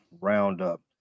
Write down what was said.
Roundup